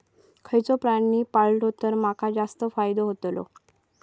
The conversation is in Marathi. खयचो प्राणी पाळलो तर माका जास्त फायदो होतोलो?